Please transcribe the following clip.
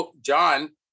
John